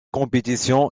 compétition